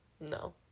No